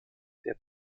der